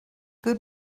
good